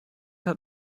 hat